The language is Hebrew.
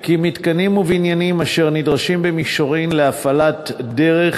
כי מתקנים ובניינים אשר נדרשים במישרין להפעלת דרך